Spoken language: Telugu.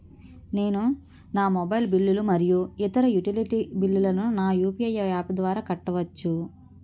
నేను నా మొబైల్ బిల్లులు మరియు ఇతర యుటిలిటీ బిల్లులను నా యు.పి.ఐ యాప్ ద్వారా కట్టవచ్చు